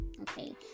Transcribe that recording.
Okay